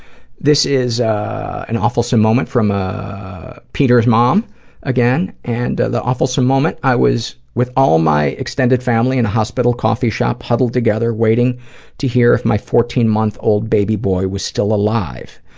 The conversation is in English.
this is an awfulsome moment from a peter's mom again, and the awfulsome moment i was with all my extended family in a hospital coffee shop huddled together, waiting to hear if my fourteen month old baby boy was still alive,